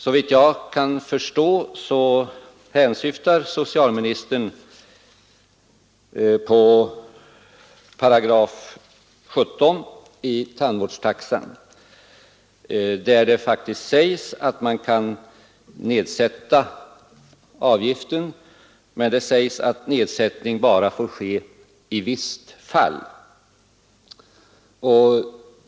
Såvitt jag kan förstå hänsyftar socialministern på 17 § i tandvårdstaxan, där det faktiskt sägs att man kan nedsätta avgiften. Men det sägs att nedsättning bara får ske ”i visst fall”.